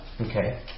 Okay